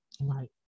Right